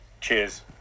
Cheers